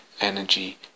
energy